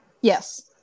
yes